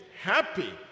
happy